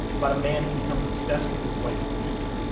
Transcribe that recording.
but a man who becomes obsessed with his wife's teeth,